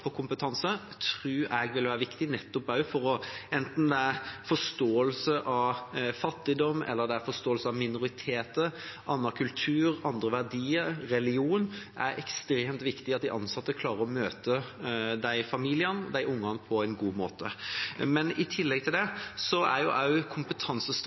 tror de 90 mill. kr som vi bruker på kompetanse, vil være viktige nettopp for forståelse – enten det er av fattigdom, av minoriteter, annen kultur, andre verdier, religion. Det er ekstremt viktig at de ansatte klarer å møte de familiene og de ungene på en god måte. I tillegg til